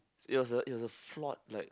it was a it was a flawed like